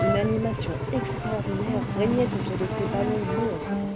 une animation extraordinaire régnait autour de ces ballons monstres